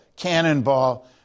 Cannonball